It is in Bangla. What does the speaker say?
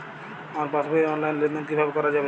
আমার পাসবই র অনলাইন লেনদেন কিভাবে করা যাবে?